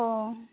ᱚᱻ